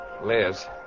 Liz